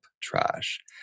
trash